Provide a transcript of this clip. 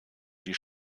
die